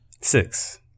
Six